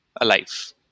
alive